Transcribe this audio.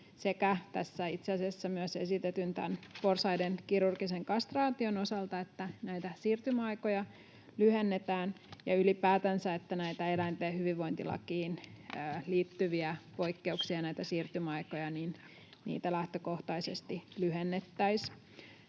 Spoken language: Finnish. sekä tässä itse asiassa myös esitetyn porsaiden kirurgisen kastraation osalta näitä siirtymäaikoja lyhennetään ja ylipäätään, että näitä eläinten hyvinvointilakiin liittyviä poikkeuksia, näitä siirtymäaikoja, lähtökohtaisesti lyhennettäisiin.